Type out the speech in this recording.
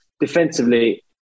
defensively